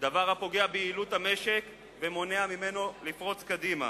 דבר הפוגע ביעילות המשק ומונע ממנו לפרוץ קדימה.